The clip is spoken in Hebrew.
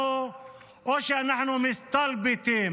או שאנחנו מסתלבטים